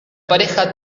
pareja